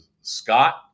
scott